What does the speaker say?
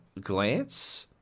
glance